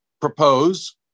propose